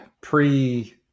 pre-